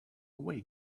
way